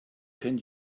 can